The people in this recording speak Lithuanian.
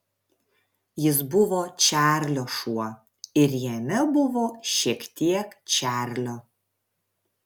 jis buvo čarlio šuo ir jame buvo šiek tiek čarlio